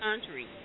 country